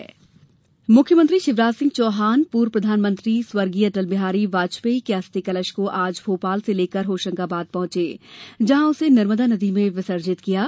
अस्थि कलश मुख्यमंत्री श्री शिवराज सिंह चौहान पूर्व प्रधानमंत्री स्वर्गीय अटलबिहारी बाजपेयी के अस्थि कलश को आज भोपाल से लेकर होशंगाबाद पहुंचे जहां उसे नर्मदा नदी में विसर्जित किया गया